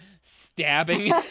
stabbing